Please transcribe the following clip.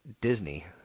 Disney